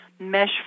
mesh